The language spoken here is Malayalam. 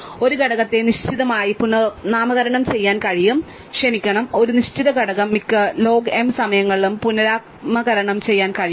അതിനാൽ ഒരു ഘടകത്തെ നിശ്ചിതമായി പുനർനാമകരണം ചെയ്യാൻ കഴിയും ക്ഷമിക്കണം ഒരു നിശ്ചിത ഘടകം മിക്ക ലോഗ് m സമയങ്ങളിലും പുനർനാമകരണം ചെയ്യാൻ കഴിയും